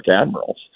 admirals